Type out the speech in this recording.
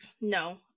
No